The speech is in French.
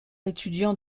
étudiant